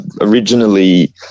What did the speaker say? originally